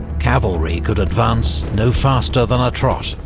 cavalry could advance no faster than a trot.